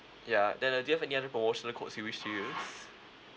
ya then uh do you have any other promotional codes you wish to use